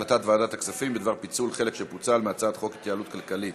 הצעת ועדת הכספים בדבר פיצול חלק שפוצל מהצעת חוק ההתייעלות הכלכלית